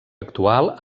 actual